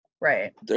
right